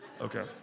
okay